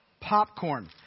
Popcorn